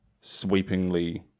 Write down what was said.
sweepingly